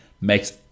Makes